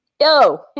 Yo